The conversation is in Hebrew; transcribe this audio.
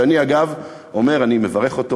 ואני אגב אומר: אני מברך אותו